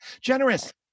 Generous